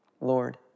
Lord